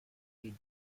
you